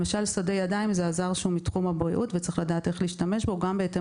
למשל שדה ידיים זה עזר מתחום הבריאות וצריך לדעת איך להשתמש בו גם בהתאם